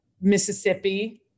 Mississippi